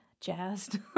jazzed